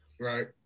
Right